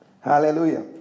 Hallelujah